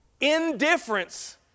Indifference